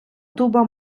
дуба